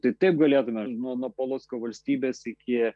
tai taip galėtume nuo nuo polocko valstybės iki